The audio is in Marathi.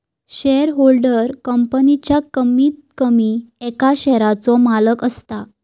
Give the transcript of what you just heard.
शेयरहोल्डर कंपनीच्या कमीत कमी एका शेयरचो मालक असता